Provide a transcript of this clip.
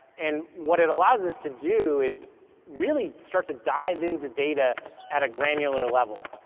and what it allows us to do is really start to dive into data at a granular level.